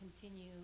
continue